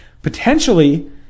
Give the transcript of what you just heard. potentially